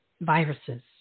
viruses